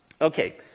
Okay